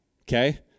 okay